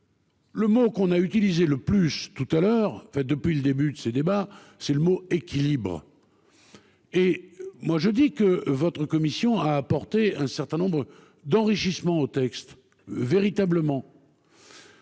Le mot qu'on a utilisé le plus tout à l'heure enfin depuis le début de ces débats. C'est le mot équilibre. Et moi je dis que votre commission a apporté un certain nombre d'enrichissement au texte véritablement.